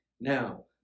Now